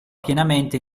pienamente